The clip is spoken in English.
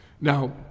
now